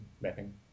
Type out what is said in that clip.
mapping